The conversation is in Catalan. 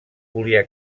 volia